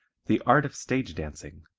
the art of stage dancing.